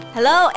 Hello